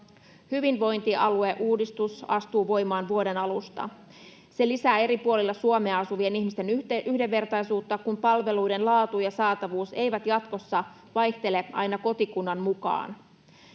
Hyvinvointialueuudistus astuu voimaan vuoden alusta. Se lisää eri puolilla Suomea asuvien ihmisten yhdenvertaisuutta, kun palveluiden laatu ja saatavuus eivät jatkossa vaihtele aina kotikunnan mukaan.